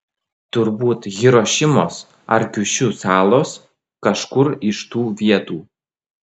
turbūt hirošimos ar kiušiu salos kažkur iš tų vietų